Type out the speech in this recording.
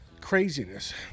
craziness